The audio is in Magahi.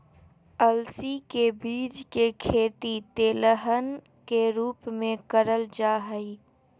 अलसी के बीज के खेती तेलहन के रूप मे करल जा हई